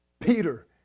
Peter